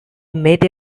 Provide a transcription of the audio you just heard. met